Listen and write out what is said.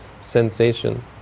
sensation